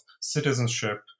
citizenship